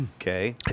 okay